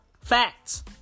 Facts